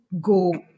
go